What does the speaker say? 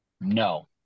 no